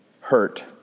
hurt